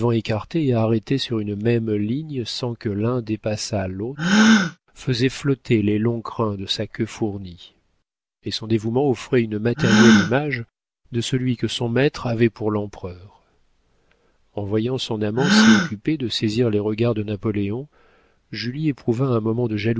écartés et arrêtés sur une même ligne sans que l'un dépassât l'autre faisait flotter les longs crins de sa queue fournie et son dévouement offrait une matérielle image de celui que son maître avait pour l'empereur en voyant son amant si occupé de saisir les regards de napoléon julie éprouva un moment de